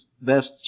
best